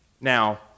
Now